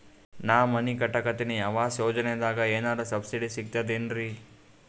ನಾ ಮನಿ ಕಟಕತಿನಿ ಆವಾಸ್ ಯೋಜನದಾಗ ಏನರ ಸಬ್ಸಿಡಿ ಸಿಗ್ತದೇನ್ರಿ?